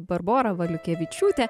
barbora valiukevičiūtė